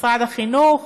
משרד החינוך,